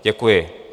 Děkuji.